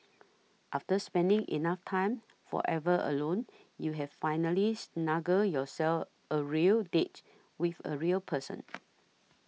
after spending enough time forever alone you have finally snugged yourself a real date with a real person